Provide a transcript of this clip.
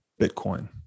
Bitcoin